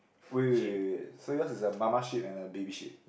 wait wait wait wait so yours is a mama sheep and a baby sheep